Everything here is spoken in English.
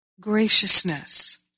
graciousness